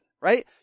right